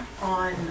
on